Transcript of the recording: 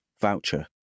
voucher